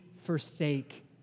forsake